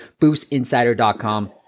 BoostInsider.com